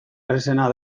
errazena